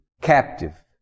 captive